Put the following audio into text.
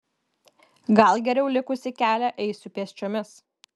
gal geriau likusį kelią eisiu pėsčiomis